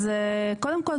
אז קודם כל,